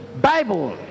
Bible